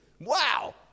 Wow